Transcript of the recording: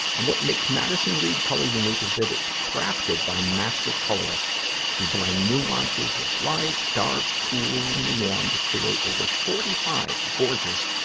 and what makes madison reed color unique is that it's crafted by master colorists who blend nuances of light, dark, cool and warm to create over forty five gorgeous,